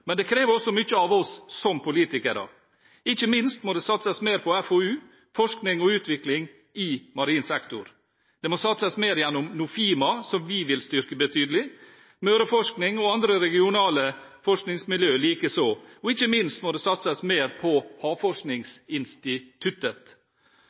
men det krever også mye av oss som politikere. Ikke minst må det satses mer på FoU – forskning og utvikling i marin sektor. Det må satses mer gjennom Nofima, som vi vil styrke betydelig, Møreforsking og andre regionale forskningsmiljø likeså, og ikke minst må det satses mer på